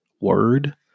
word